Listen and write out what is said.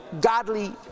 Godly